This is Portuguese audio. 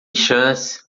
chance